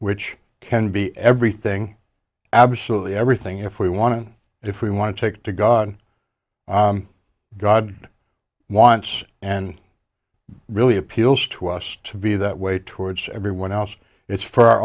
which can be everything absolutely everything if we want to if we want to take to god god wants and really appeals to us to be that way towards everyone else it's for our